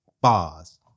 Bars